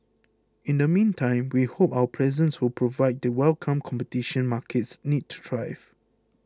in the meantime we hope our presence will provide the welcome competition markets need to thrive